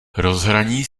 rozhraní